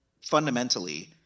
fundamentally